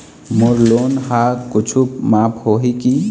मोर loan हा कुछू माफ होही की?